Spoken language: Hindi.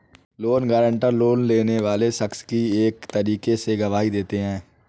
लोन गारंटर, लोन लेने वाले शख्स की एक तरीके से गवाही देते हैं